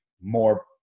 more